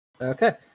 Okay